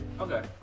okay